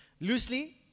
loosely